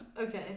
Okay